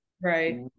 Right